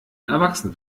erwachsen